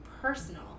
personal